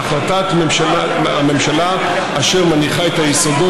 בהחלטת ממשלה אשר מניחה את היסודות